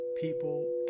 people